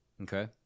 Okay